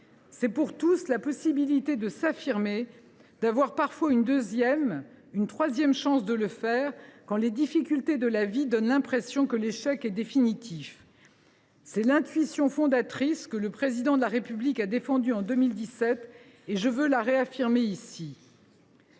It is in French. C’est, pour tous, la possibilité de s’affirmer et d’avoir parfois une deuxième ou une troisième chance de le faire quand les difficultés de la vie donnent l’impression que l’échec est définitif. Telle est l’intuition fondatrice que le Président de la République a défendue en 2017, et je veux la réaffirmer ici.